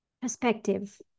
perspective